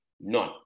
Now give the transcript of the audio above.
None